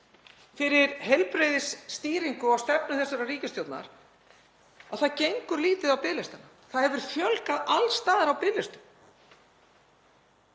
um heilbrigðisstýringu og stefnu þessarar ríkisstjórnar að það gengur lítið á biðlistana. Það hefur fjölgað alls staðar á biðlistum.